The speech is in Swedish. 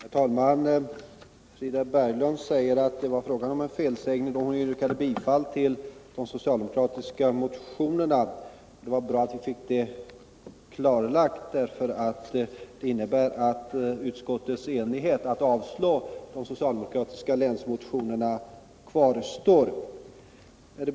Herr talman! Frida Berglund säger att det var fråga om en felsägning då hon yrkade bifall till de socialdemokratiska motionerna. Det var bra att vi fick detta klarlagt; det innebär att utskottets enighet kvarstår när det gäller att avslå de socialdemokratiska motionerna.